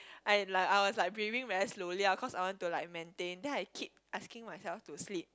I like I was like breathing very slowly ah cause I want to like maintain then I keep asking myself to sleep